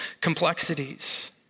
complexities